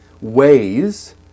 ways